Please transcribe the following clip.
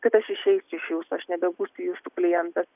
kad aš išeisiu iš jūsų aš nebebūsiu jūsų klientas